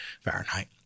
fahrenheit